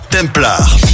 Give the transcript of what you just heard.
Templar